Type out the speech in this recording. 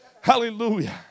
Hallelujah